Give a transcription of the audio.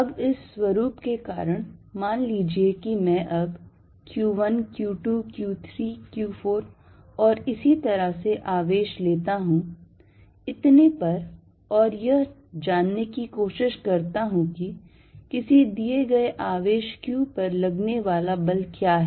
अब इस स्वरूप के कारण मान लीजिए कि मैं अब Q1 Q2 Q3 Q4 और इसी तरह से आवेश लेता हूं इतने पर और यह जानने की कोशिश करता हूं कि किसी दिए गए आवेश q पर लगने वाला बल क्या है